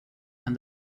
and